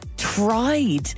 Tried